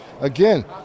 Again